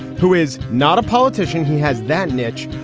who is not a politician. he has that niche,